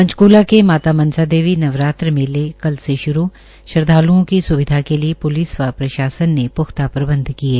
पंचक्ला के माता मनसा देवी मंदिर में नवरात्र मेले कल से शुरू श्रदवालुओं की स्विधा के लिये प्लिस व प्रशासन ने प्ख्ता प्रबंध किये